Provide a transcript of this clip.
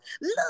look